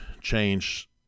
change